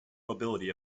mobility